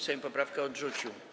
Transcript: Sejm poprawkę odrzucił.